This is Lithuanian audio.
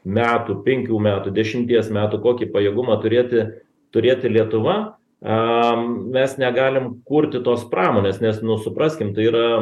metų penkių metų dešimties metų kokį pajėgumą turėti turėti lietuva am mes negalim kurti tos pramonės nes nu supraskim tai yra